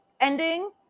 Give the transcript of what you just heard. ending